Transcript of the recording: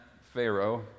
Pharaoh